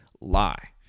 lie